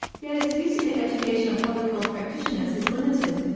yet its use in the education of public health practitioners is limited,